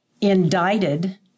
indicted